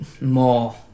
more